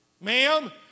ma'am